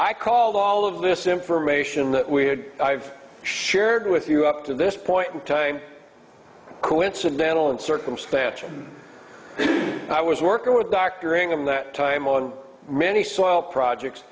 i called all of this information that we had i've shared with you up to this point in time coincidental and circumstantial i was working with dr ingham that time on many soil projects